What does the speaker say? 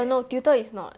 err no tutor is not